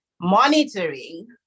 monitoring